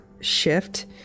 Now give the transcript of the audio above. shift